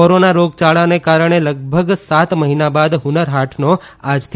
corona રોગયાળાને કારણે લગભગ સાત મહિના બાદ હનરહાટનો આજથી